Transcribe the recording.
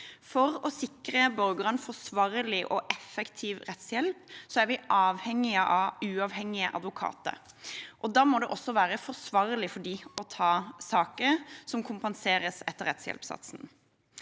For å sikre borgerne forsvarlig og effektiv rettshjelp er vi avhengige av uavhengige advokater. Da må det også være forsvarlig for dem å ta saker som kompenseres etter rettshjelpssatsen.